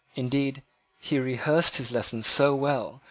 indeed he rehearsed his lesson so well,